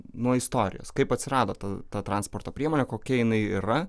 nuo istorijos kaip atsirado ta ta transporto priemonė kokia jinai yra